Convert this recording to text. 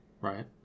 Right